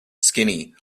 skinny